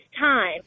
time